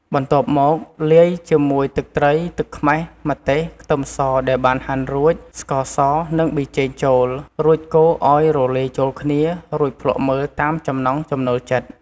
បន្ទាប់មក លាយជាមួយទឹកត្រី ទឹកខ្មេះ ម្ទេស ខ្ទឹមសដែលបានហាន់រួច ស្ករស និងប៊ីចេងចូល រួចកូរឱ្យរលាយចូលគ្នា រួចភ្លក់មើលតាមចំណង់ចំណូលចិត្ត។